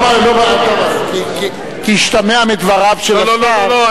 לא, כי השתמע מדבריו של השר, לא, לא.